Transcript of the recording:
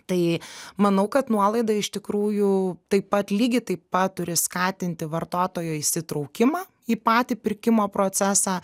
tai manau kad nuolaida iš tikrųjų taip pat lygiai taip pat turi skatinti vartotojo įsitraukimą į patį pirkimo procesą